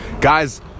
guys